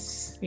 Yes